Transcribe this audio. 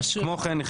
כמו כן,